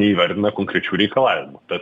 neįvardina konkrečių reikalavimų tad